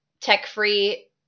tech-free